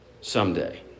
someday